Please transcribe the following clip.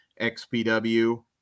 xpw